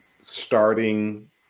starting